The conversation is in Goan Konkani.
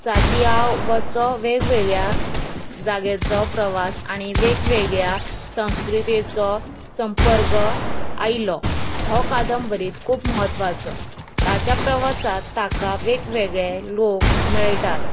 सातियां वचो वेग वेगळ्या जाग्याचो प्रवास आनी वेगवेगळ्या संस्कृतेचो संपर्क आयलो हो कादंबरीत खूब म्हत्वाचो ताच्या प्रवासांत ताका वेगवेगळे लोक मेळटात